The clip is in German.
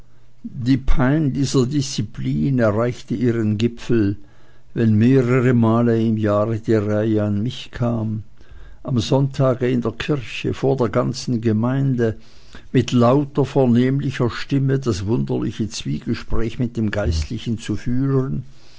die pein dieser disziplin erreichte ihren gipfel wenn mehrere male im jahre die reihe an mich kam am sonntage in der kirche vor der ganzen gemeinde mit lauter vernehmlicher stimme das wunderliche zwiegespräch mit dem geistlichen zu führen